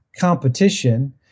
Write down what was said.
competition